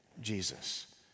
Jesus